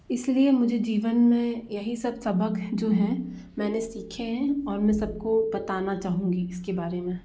इसलिए मुझे जीवन में यही सब सबक जो हैं मैंने सीखे हैं और मैं सबको बताना चाहूँगी इसके बारे में